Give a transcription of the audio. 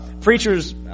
Preachers